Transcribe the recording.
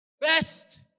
best